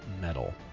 metal